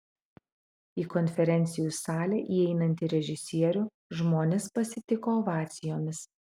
į konferencijų salę įeinantį režisierių žmonės pasitiko ovacijomis